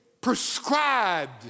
prescribed